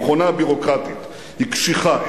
המכונה הביורוקרטית היא קשיחה,